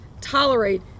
tolerate